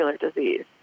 disease